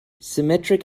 symmetric